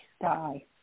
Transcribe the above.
Die